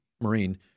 Marine